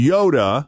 Yoda